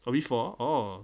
probably four oh